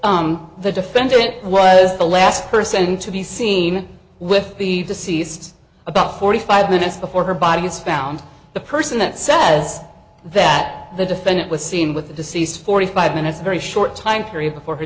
the defendant was the last person to be seen with the deceased about forty five minutes before her body was found the person that says that the defendant was seen with the deceased forty five minutes a very short time period before her